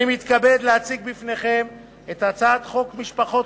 אני מתכבד להציג לפניכם את הצעת חוק משפחות